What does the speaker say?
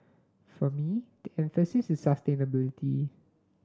for me the emphasis is sustainability